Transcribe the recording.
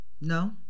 No